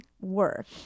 work